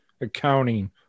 accounting